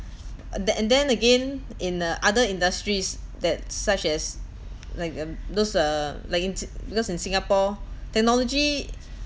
uh the and then again in uh other industries that such as like um those uh like in si~ because in singapore technology